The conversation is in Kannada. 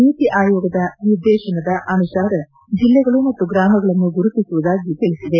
ನೀತಿ ಆಯೋಗದ ನಿರ್ದೇಶನದ ಅನುಸಾರ ಜಿಲ್ಲೆಗಳು ಮತ್ತು ಗ್ರಾಮಗಳನ್ನು ಗುರುತಿಸುವುದಾಗಿ ತಿಳಿಸಿದೆ